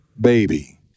baby